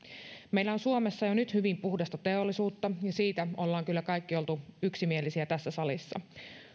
meillä on suomessa jo nyt hyvin puhdasta teollisuutta ja siitä olemme kyllä kaikki olleet yksimielisiä tässä salissa